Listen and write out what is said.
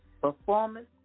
performance